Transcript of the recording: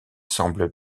semble